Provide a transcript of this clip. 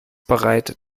bereit